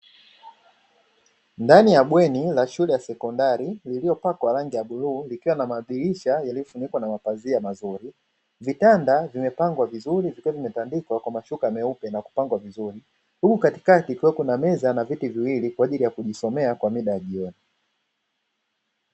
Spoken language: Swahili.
Ndani ya bweni la shule ya sekondari iliyopakwa rangi ya bluu likiwa na madirisha yaliyofunikwa na mapazia mazuri, vitanda vimepangwa vizuri vikiwa vimetandikwa kwa mashuka meupe na kupangwa vizuri huku katikati kuna meza na viti viwili kwa ajili ya kujisomea kwa mida ya jioni.